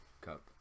cup